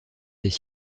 des